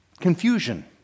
confusion